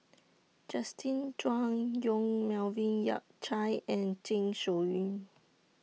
Justin Zhuang Yong Melvin Yik Chye and Zeng Shouyin